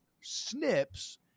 snips